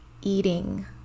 eating